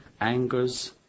angers